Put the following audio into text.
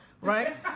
right